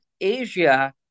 Asia